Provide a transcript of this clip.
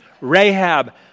Rahab